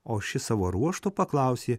o šis savo ruožtu paklausė